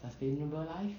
sustainable life